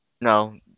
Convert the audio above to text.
No